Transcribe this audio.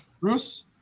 Bruce